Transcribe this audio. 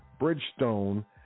Bridgestone